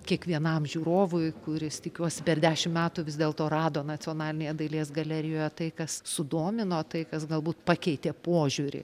kiekvienam žiūrovui kuris tikiuosi per dešim metų vis dėlto rado nacionalinėje dailės galerijoje tai kas sudomino tai kas galbūt pakeitė požiūrį